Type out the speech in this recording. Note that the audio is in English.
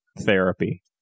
therapy